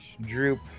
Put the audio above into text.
Droop